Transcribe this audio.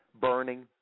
burning